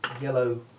yellow